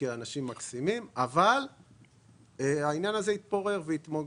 כי הם אנשים מקסימים העניין הזה התפורר והתפוגג.